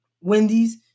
Wendy's